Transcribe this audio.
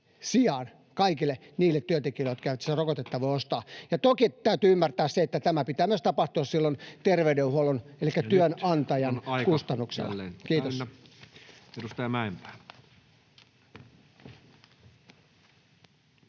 sijaan kaikille niille työntekijöille, jotka eivät sitä rokotetta voi ottaa. Ja toki täytyy ymmärtää se, että tämän pitää myös tapahtua silloin terveydenhuollon elikkä työnantajan kustannuksella. — Kiitos.